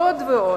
זאת ועוד,